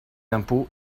l’impôt